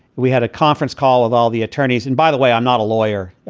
we had a conference call of all the attorneys. and by the way, i'm not a lawyer.